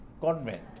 Convent